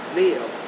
live